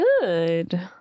good